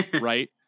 right